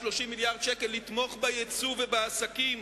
בתקציב הזה תוספת של מעל 400 מיליון שקל לסל התרופות,